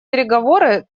переговоры